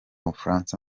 bufaransa